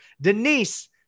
Denise